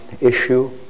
issue